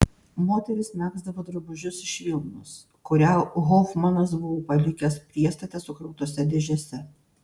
moterys megzdavo drabužius iš vilnos kurią hofmanas buvo palikęs priestate sukrautose dėžėse